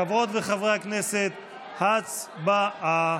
חברות וחברי הכנסת, הצבעה.